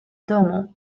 domu